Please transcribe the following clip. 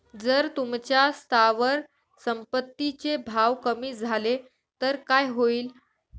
जर तुमच्या स्थावर संपत्ती चे भाव कमी झाले तर काय होईल?